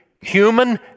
human